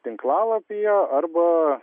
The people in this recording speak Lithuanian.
tinklalapyje arba